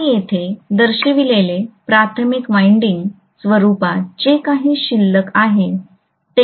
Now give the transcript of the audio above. आणि येथे दर्शविलेले प्राथमिक वाइंडिंग स्वरूपात जे काही शिल्लक आहे